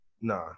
Nah